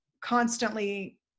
constantly